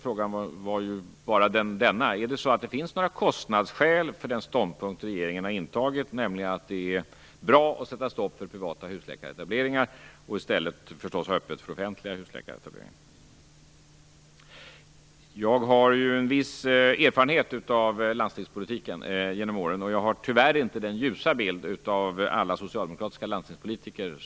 Finns det några kostnadsskäl för den ståndpunkt regeringen har intagit, nämligen att det är bra att sätta stopp för privata husläkaretableringar och i stället tillåta offentliga husläkaretableringar? Jag har genom åren fått en viss erfarenhet av landstingspolitiken. Tyvärr delar jag inte den ljusa bild som socialministern har av alla socialdemokratiska landstingspolitiker.